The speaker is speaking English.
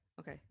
Okay